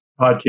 podcast